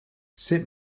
sut